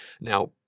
Now